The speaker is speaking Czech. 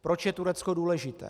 Proč je Turecko důležité?